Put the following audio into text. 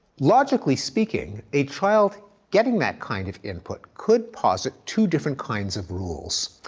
logically speaking, a child getting that kind of input could posit two different kinds of rules.